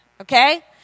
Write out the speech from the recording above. Okay